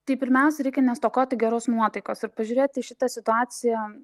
tai pirmiausiai reikia nestokoti geros nuotaikos ir pažiūrėti į šitą situaciją